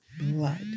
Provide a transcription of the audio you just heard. blood